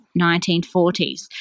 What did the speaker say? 1940s